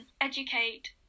educate